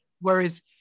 Whereas